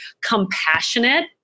compassionate